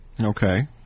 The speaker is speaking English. Okay